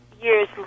years